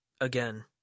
again